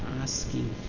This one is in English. asking